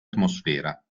atmosfera